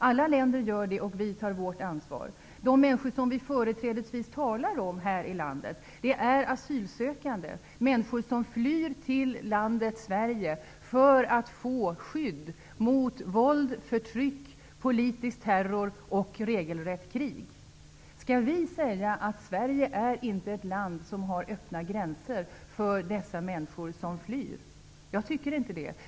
Alla länder gör detta, och vi tar vårt ansvar. De människor som vi företrädesvis talar om här i landet är asylsökande. Det är människor som flyr till landet Sverige för att få skydd mot våld, förtryck, politisk terror och regelrätt krig. Skall vi säga att Sverige inte är ett land som har öppna gränser för dessa människor som flyr? Jag tycker inte det.